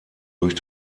durch